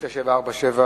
מתושב ירושלים,